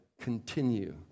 continue